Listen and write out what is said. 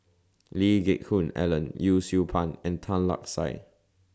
Lee Geck Hoon Ellen Yee Siew Pun and Tan Lark Sye